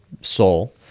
soul